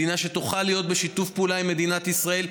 מדינה שתוכל להיות בשיתוף פעולה עם מדינת ישראל,